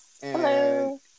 Hello